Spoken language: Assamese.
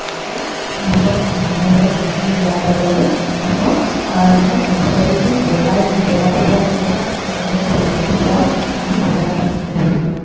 ৰাখি সিহঁতক সেই সময়মতে দানাখিনি দিয়াৰ লগে লগে সিহঁতৰ মানে পঞ্চল্লিছ দিন ব্ৰইলাৰ যেন ব্ৰইলাৰ কুকুৰা যেনেকুৱা ঠিক তেনেধৰণে সোণালী কুকুৰাও আমি বজাৰত বিক্ৰী কৰিব পাৰিম